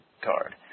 card